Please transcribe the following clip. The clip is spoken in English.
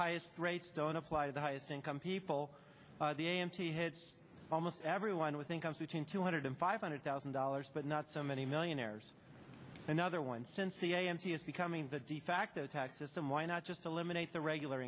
highest rates don't apply to the highest income people the a m t hits almost everyone with incomes between two hundred and five hundred thousand dollars but not so many millionaires another one since the a m t is becoming the de facto tax system why not just eliminate the regular